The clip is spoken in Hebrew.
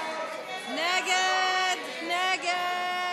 סעיפים 63 66, כהצעת הוועדה, נתקבלו.